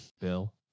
Bill